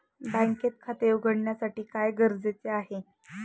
बँकेत खाते उघडण्यासाठी काय गरजेचे आहे?